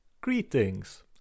Greetings